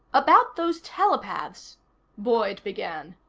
about those telepaths boyd began.